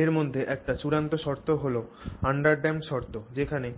এর মধ্যে একটি চূড়ান্ত শর্ত হল আনড্যাম্পড শর্ত যেখানে